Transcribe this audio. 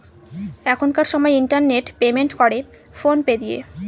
এখনকার সময় internet payment করে ফোন পে দিয়ে